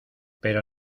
pero